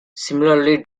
similarly